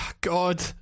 god